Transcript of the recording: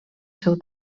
seu